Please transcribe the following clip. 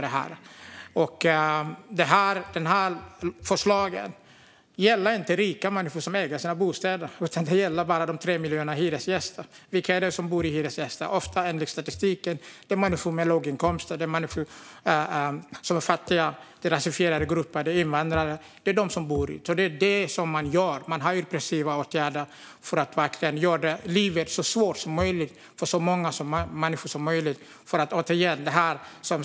Det här förslaget gäller inte rika människor som äger sina bostäder, utan det gäller 3 miljoner hyresgäster. Och vilka är det som bor i hyresrätter? Ofta, enligt statistiken, är det människor med låga inkomster. Det är fattiga, rasifierade grupper och invandrare som bor så. Det är så regeringen gör: De vidtar repressiva åtgärder för att verkligen göra livet så svårt som möjligt för så många människor som möjligt.